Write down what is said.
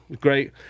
great